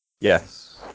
yes